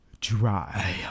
dry